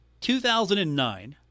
2009